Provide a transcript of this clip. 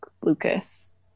Lucas